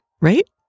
right